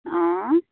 অঁ